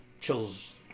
chills